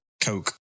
Coke